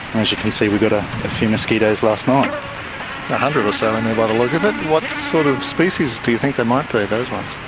as you can see, we got a few mosquitoes last night. a hundred or so in there by the look of it. what sort of species do you think they might be, those ones?